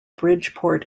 bridgeport